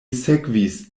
sekvis